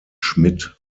schmidt